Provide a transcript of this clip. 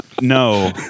No